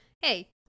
Hey